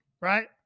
right